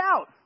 out